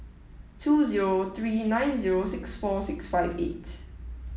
two zero three nine zero six four six five eight